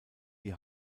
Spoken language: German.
die